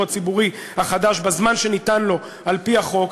הציבורי החדש בזמן שניתן לו על-פי החוק,